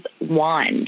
wand